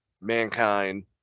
Mankind